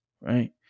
Right